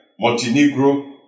Montenegro